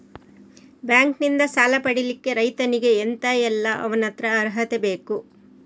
Bank ನಿಂದ ಸಾಲ ಪಡಿಲಿಕ್ಕೆ ರೈತನಿಗೆ ಎಂತ ಎಲ್ಲಾ ಅವನತ್ರ ಅರ್ಹತೆ ಬೇಕು?